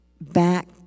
back